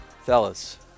Fellas